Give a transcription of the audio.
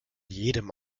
jedem